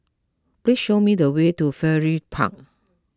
please show me the way to Firefly Park